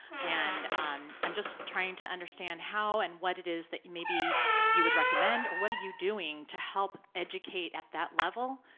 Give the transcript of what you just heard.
and i'm just trying to understand how and what it is that maybe you would recommend, or what are you doing to help educate at that level?